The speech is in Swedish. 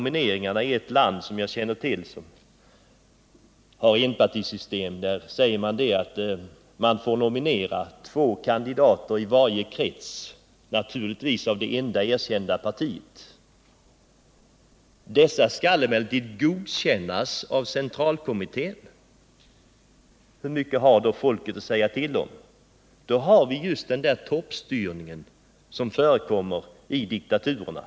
I ett land som jag känner till och som har enpartisystem säger man att två kandidater får nomineras i varje krets — naturligtvis från det enda erkända partiet. Dessa kandidater skall emellertid godkännas av centralkommittén. Hur mycket har då folket att säga till om? Då har vi just den där toppstyrningen som förekommer i diktaturerna.